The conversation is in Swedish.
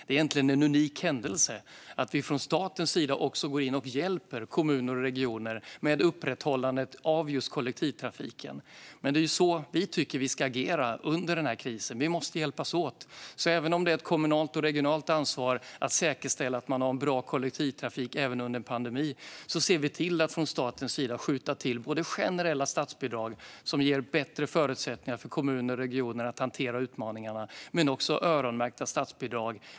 Egentligen är det en unik händelse att staten går in och hjälper kommuner och regioner för att de ska kunna upprätthålla kollektivtrafiken. Det är så här vi tycker att man ska agera under krisen. Vi måste hjälpas åt. Även om det är ett kommunalt och regionalt ansvar att säkerställa att man även under en pandemi har en bra kollektivtrafik ser staten till att skjuta till generella statsbidrag som ger bättre förutsättningar för kommuner och regioner att hantera utmaningarna. Vi skjuter också till öronmärkta statsbidrag.